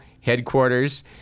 headquarters